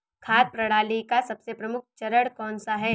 खाद्य प्रणाली का सबसे प्रमुख चरण कौन सा है?